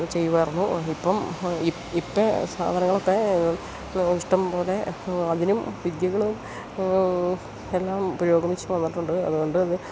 ചെയ്യുമായിരുന്നു ഇപ്പം ഇപ്പോള് സാധനങ്ങളൊക്കെ ഇഷ്ടംപോലെ അതിനും വിദ്യകളും എല്ലാം പുരോഗമിച്ച് വന്നിട്ടുണ്ട് അതുകൊണ്ടത്